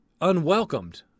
unwelcomed